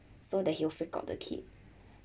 so that he will freak out the kid